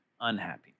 unhappiness